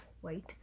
White